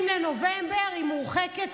מ-20 בנובמבר היא מורחקת.